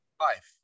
Life